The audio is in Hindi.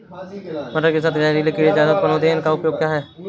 मटर के साथ जहरीले कीड़े ज्यादा उत्पन्न होते हैं इनका उपाय क्या है?